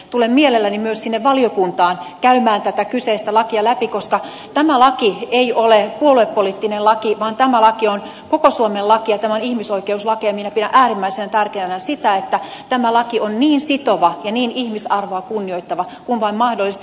tulen mielelläni myös sinne valiokuntaan käymään tätä kyseistä lakia läpi koska tämä laki ei ole puoluepoliittinen laki vaan tämä laki on koko suomen laki ja tämä on ihmisoikeuslaki ja minä pidän äärimmäisen tärkeänä sitä että tämä laki on niin sitova ja niin ihmisarvoa kunnioittava kuin vain mahdollista